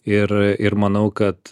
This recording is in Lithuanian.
ir ir manau kad